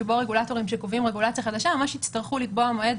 שבו רגולטורים שקובעים רגולציה חדשה ממש יצטרכו לקבוע מועד,